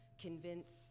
convince